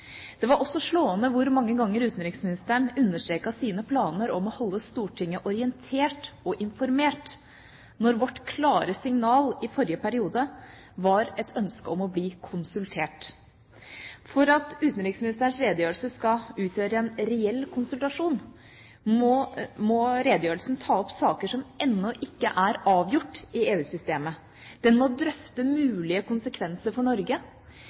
Det var også slående hvor mange ganger utenriksministeren understreket sine planer om å holde Stortinget orientert og informert, når vårt klare signal i forrige periode var et ønske om å bli konsultert. For at utenriksministerens redegjørelse skal utgjøre en reell konsultasjon, må redegjørelsen ta opp saker som ennå ikke er avgjort i EU-systemet. Den må drøfte mulige konsekvenser for Norge.